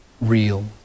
real